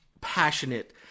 passionate